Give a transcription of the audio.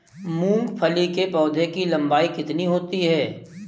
मूंगफली के पौधे की लंबाई कितनी होती है?